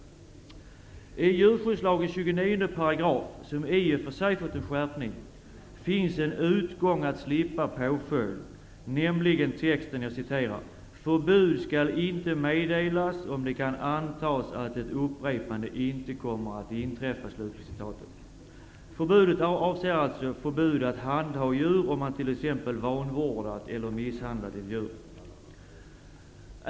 I 29 § djurskyddslagen, som i och för sig har fått en skärpning, finns en utgång att slippa påföljd, nämligen texten: ''Förbud skall inte meddelas om det kan antas att ett upprepande inte kommer att inträffa.'' Förbudet avser alltså förbud att handha djur om man t.ex. vanvårdat eller misshandlat ett djur.